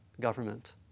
government